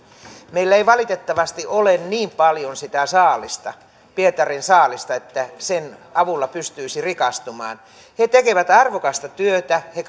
meillä ei valitettavasti ole niin paljon sitä saalista pietarin saalista että sen avulla pystyisi rikastumaan he tekevät arvokasta työtä he